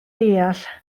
deall